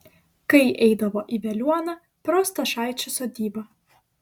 kai eidavo į veliuoną pro stašaičių sodybą